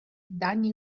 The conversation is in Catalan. dany